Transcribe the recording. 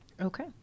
Okay